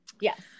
Yes